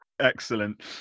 Excellent